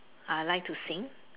I like to sing